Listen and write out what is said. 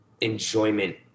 enjoyment